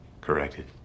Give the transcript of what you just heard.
Corrected